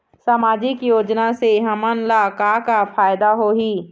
सामाजिक योजना से हमन ला का का फायदा होही?